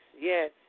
yes